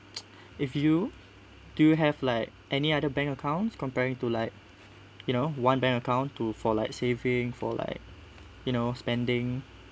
if you do have like any other bank accounts comparing to like you know one bank account to for like saving for like you know spending